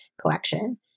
collection